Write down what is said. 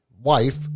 wife